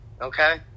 Okay